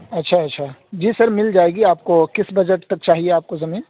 اچھا اچھا جی سر مل جائے گی آپ کو کس بجٹ تک چاہیے آپ کو زمین